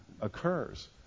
occurs